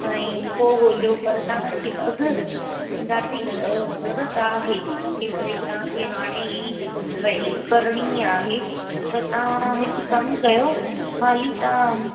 ऐं पोइ ॻोल्हियो पर तव्हांखे अगरि ॾाढी ज़रूरत आहे की भई तव्हां खे हाणे ई भई करिणी आहे त तव्हां हिकु कमु कयो हाली तव्हां